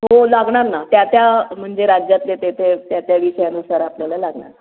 हो लागणार ना त्या त्या म्हणजे राज्यातले ते ते त्या त्या विषयानुसार आपल्याला लागणार